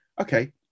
okay